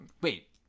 Wait